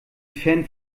fan